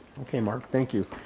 okay, mark, thank you.